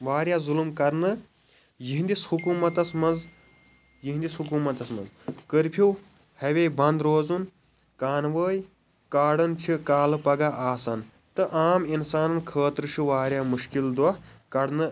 وارِیاہ ظلم کرنہٕ یِہنٛدِس حُکوٗمَتس منٛز یِہنٛدِس حُکوٗمَتس منٛز کٔرفیٛو ہاے وے بنٛد روزُن کانوٲے کاڈٕن چھِ کالہٕ پگاہ آسان تہٕ عام اِنسانن خٲطرٕ چھُ واریاہ مشکل دۄہ کڑنہٕ